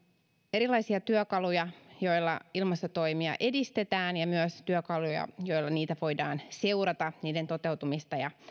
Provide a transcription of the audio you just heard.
erilaisia työkaluja joilla ilmastotoimia edistetään ja myös työkaluja joilla niitä voidaan seurata niiden toteutumista ja